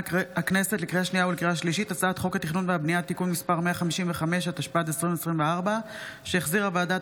שהצעת החוק עברה בקריאה ראשונה ותעבור לוועדת